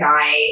guy